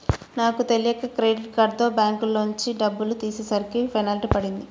నాకు తెలియక క్రెడిట్ కార్డుతో బ్యాంకులోంచి డబ్బులు తీసేసరికి పెనాల్టీ పడింది